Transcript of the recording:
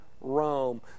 Rome